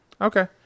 Okay